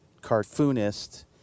cartoonist